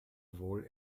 wohl